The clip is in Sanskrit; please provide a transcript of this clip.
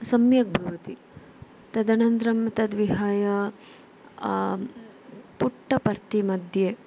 सम्यग्भवति तदनन्तरं तद्विहाय पुट्टपर्तिमध्ये